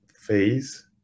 phase